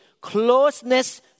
closeness